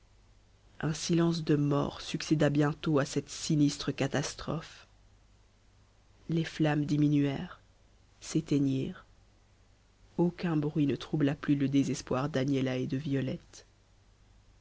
un silence de mort succéda bientôt à cette sinistre catastrophe les flammes diminuèrent s'éteignirent aucun bruit ne troubla plus le désespoir d'agnella et de violette